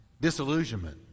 disillusionment